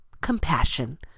compassion